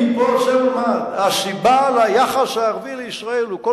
מפה אני רוצה לומר: הסיבה שהיחס הערבי לישראל הוא כל